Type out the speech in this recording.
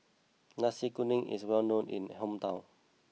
Nasi Kuning is well known in my hometown